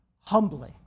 humbly